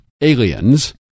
aliens